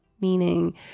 meaning